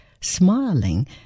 smiling